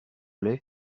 laye